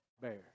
bear